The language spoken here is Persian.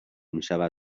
میشود